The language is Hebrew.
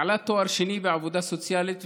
בעלת תואר שני בעבודה סוציאלית,